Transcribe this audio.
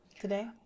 today